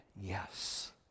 yes